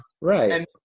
Right